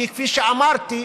כי כפי שאמרתי,